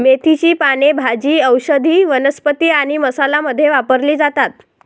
मेथीची पाने भाजी, औषधी वनस्पती आणि मसाला मध्ये वापरली जातात